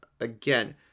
again